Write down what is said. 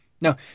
Now